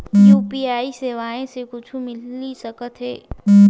UPI सेवाएं से कुछु मिल सकत हे?